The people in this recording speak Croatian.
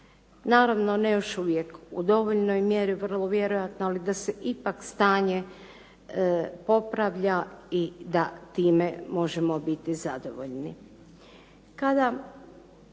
naravno ne još uvijek u dovoljnoj mjeri vrlo vjerojatno ali da se ipak stanje popravlja i da time možemo biti zadovoljni.